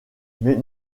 mais